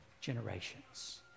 generations